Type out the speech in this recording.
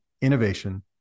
innovation